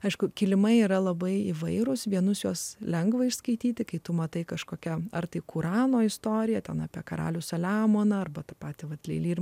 aišku kilimai yra labai įvairūs vienus juos lengva išskaityti kai tu matai kažkokia ar tik urano istoriją ten apie karalių saliamoną arbata patį vakarėlį ir